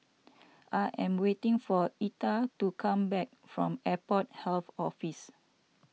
I am waiting for Etta to come back from Airport Health Office